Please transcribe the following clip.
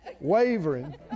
wavering